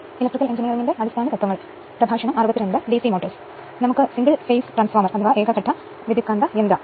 അടുത്തതായി നമ്മൾ മറ്റൊരു മൂന്നോ നാലോ ഉദാഹരണങ്ങൾ കാണും അതോടൊപ്പം സിംഗിൾ ഫേസ് ട്രാൻസ്ഫോർമർ അവസാനിപ്പിക്കും